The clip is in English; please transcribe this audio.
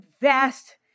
vast